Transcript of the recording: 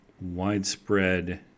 widespread